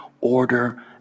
order